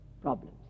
problems